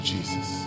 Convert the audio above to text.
Jesus